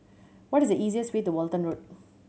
what is the easiest way to Walton Road